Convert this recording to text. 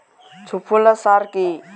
সুফলা সার কি?